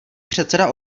předseda